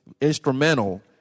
instrumental